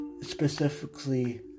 specifically